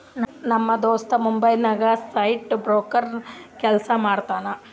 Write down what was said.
ನಮ್ ದೋಸ್ತ ಮುಂಬೈ ನಾಗ್ ಸ್ಟಾಕ್ ಬ್ರೋಕರ್ ಕೆಲ್ಸಾ ಮಾಡ್ತಾನ